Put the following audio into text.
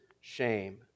shame